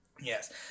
Yes